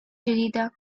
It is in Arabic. جديدة